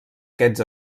aquests